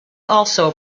also